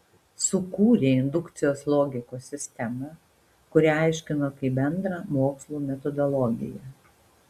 sukūrė indukcijos logikos sistemą kurią aiškino kaip bendrą mokslų metodologiją